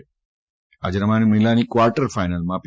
દરમિયાન આજે રમાનારી મહિલાઓની ક્વાર્ટર ફાઇનલમાં પી